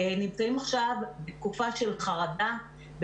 נמצאים עכשיו בתקופה של חרדה,